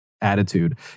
attitude